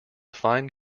fine